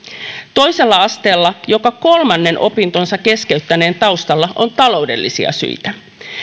toisella asteella joka kolmannen opintonsa keskeyttäneen taustalla on taloudellisia syitä